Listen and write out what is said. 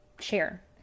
share